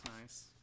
nice